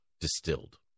distilled